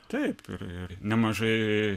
taip ir ir nemažai